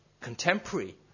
contemporary